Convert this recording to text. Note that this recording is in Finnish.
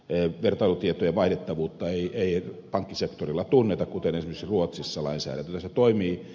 eu vertailutietojen vaihdettavuutta ei pankkisektorilla tunneta kuten esim ruotsissa vain se osa poimii